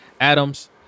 adams